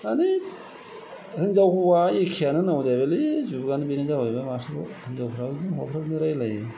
मानि हिनजाव हौवा एखेआनो होननांगौ जाहैबायलै जुगानो बेनो जाबायब्ला माथोबाव हिनजावफ्राबो बिदिनो हौवाफ्राबो बिदिनो रायज्लायो